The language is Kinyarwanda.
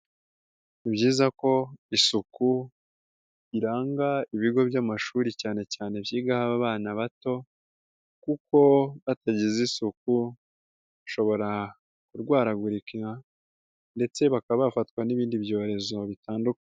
Ni byiza ko isuku iranga ibigo by'amashuri cyane cyane ibyigaho abana bato, kuko batagize isuku bashobora kurwaragurika ndetse baka bafatwa n'ibindi byorezo bitandukanye.